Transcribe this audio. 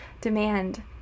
demand